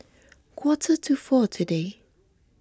quarter to four today